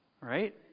Right